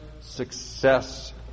success